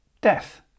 death